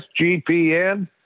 SGPN